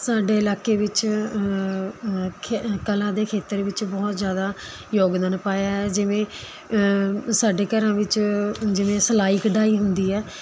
ਸਾਡੇ ਇਲਾਕੇ ਵਿੱਚ ਖੇ ਕਲਾ ਦੇ ਖੇਤਰ ਵਿੱਚ ਬਹੁਤ ਜ਼ਿਆਦਾ ਯੋਗਦਾਨ ਪਾਇਆ ਹੈ ਜਿਵੇਂ ਸਾਡੇ ਘਰਾਂ ਵਿੱਚ ਜਿਵੇਂ ਸਲਾਈ ਕਢਾਈ ਹੁੰਦੀ ਹੈ